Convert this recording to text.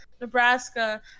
Nebraska